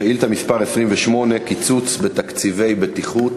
שאילתה מס' 28: קיצוץ בתקציבי בטיחות,